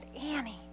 Annie